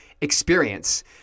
experience